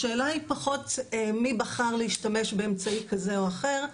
השאלה היא פחות מי בחר להשתמש באמצעי כזה או אחר,